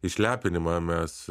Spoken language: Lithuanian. išlepinimą mes